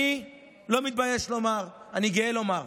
אני לא מתבייש לומר, אני גאה לומר,